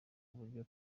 buryo